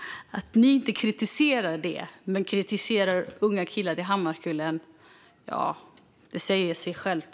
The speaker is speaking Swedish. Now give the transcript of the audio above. Att ni inte kritiserar detta men kritiserar unga killar i Hammarkullen talar för sig självt.